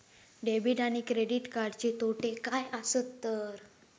Debit आणि credit कार्डचे तोटे काय आसत तर?